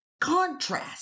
contrast